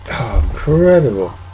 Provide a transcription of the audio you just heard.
Incredible